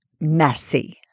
messy